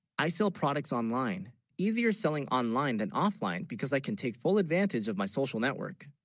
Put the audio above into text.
i sell products online easier selling online than offline because i can, take full advantage of my, social network